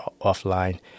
offline